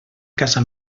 casa